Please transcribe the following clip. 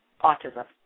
autism